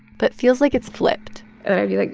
but feels like it's flipped and i'd be like,